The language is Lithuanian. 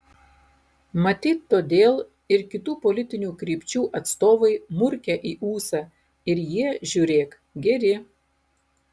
matyt todėl ir kitų politinių krypčių atstovai murkia į ūsą ir jie žiūrėk geri